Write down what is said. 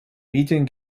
medien